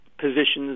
positions